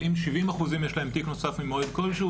אבל 70 אחוזים יש להם תיק נוסף ממועד כלשהו